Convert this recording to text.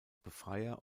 befreier